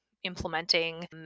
implementing